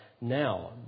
now